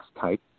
type